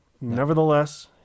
Nevertheless